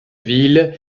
ville